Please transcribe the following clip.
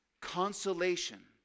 consolation